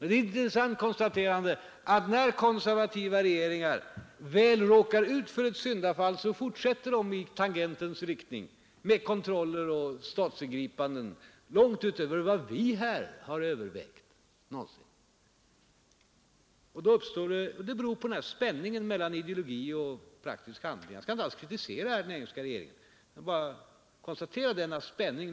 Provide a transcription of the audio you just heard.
Det är intressant att konstatera att när konservativa regeringar väl råkar ut för ett syndafall, fortsätter de i tangentens riktning med kontroller och statsingripanden långt utöver vad vi här någonsin har övervägt. Detta beror på spänningen mellan ideologi och praktisk handling. Jag skall inte alls kritisera den engelska regeringen. Jag bara konstaterar denna spänning.